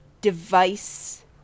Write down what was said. device